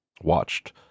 watched